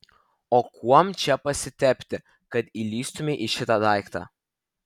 o kuom čia pasitepti kad įlįstumei į šitą daiktą